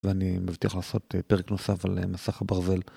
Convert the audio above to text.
ואני מבטיח לעשות פרק נוסף על מסך הברזל.